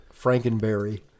Frankenberry